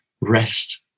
rest